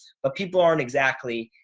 but people aren't exactly,